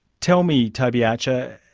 tell me, toby archer,